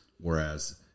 Whereas